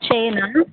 చేయనా